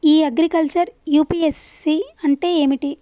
ఇ agriculture UPSC అంటే ఏమిటి?